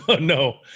no